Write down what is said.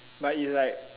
but is like